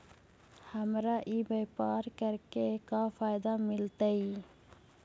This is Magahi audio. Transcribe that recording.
हमरा ई व्यापार करके का फायदा मिलतइ?